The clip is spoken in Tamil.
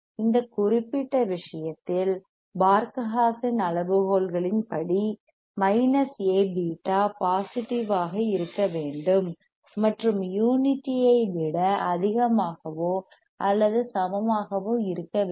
இந்த குறிப்பிட்ட விஷயத்தில் பார்க us சென் அளவுகோல்களின்படி மைனஸ் A பீட்டா பாசிடிவ் ஆக இருக்க வேண்டும் மற்றும் யூனிட்டியை விட அதிகமாகவோ அல்லது சமமாகவோ இருக்க வேண்டும்